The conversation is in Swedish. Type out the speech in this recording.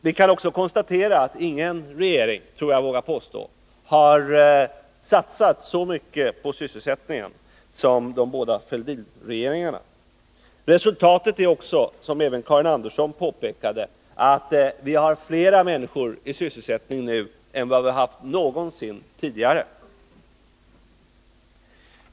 Vi kan också konstatera att ingen regering — det tror jag att jag vågar påstå — har satsat så mycket på sysselsättningen som de båda Fälldinregeringarna. Resultatet är också, som även Karin Andersson påpekade, att vi har flera människor i sysselsättning nu än vad vi har haft någonsin tidigare.